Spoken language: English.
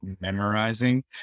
memorizing